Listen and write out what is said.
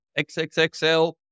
XXXL